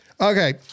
Okay